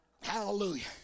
hallelujah